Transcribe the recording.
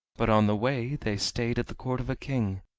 but on the way they stayed at the court of a king,